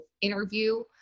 interview